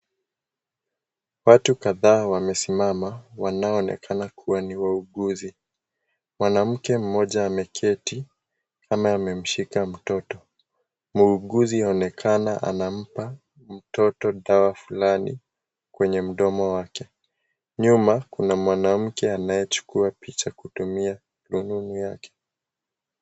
Watu kadhaa wamesimama wanao onekana kuwa ni wauguzi mwanamke mmoja ameketi kama amemshika mtoto muuguzi aonekana anampa mtoto dawa fulani kwenye mdomo wake nyuma kuna mwanamke anayechukua picha kutumia rununu yake.